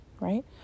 right